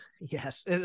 yes